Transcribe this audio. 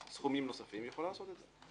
סכומים נוספים, היא יכולה לעשות את זה.